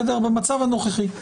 במצב הנוכחי,